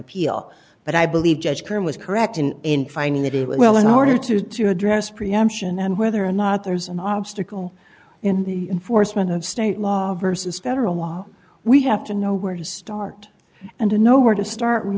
appeal but i believe judge perm was correct in in finding that it will in order to to address preemption and whether or not there's an obstacle in the forstmann of state law versus federal law we have to know where to start and to know where to start we